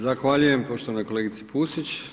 Zahvaljujem poštovanoj kolegici Pusić.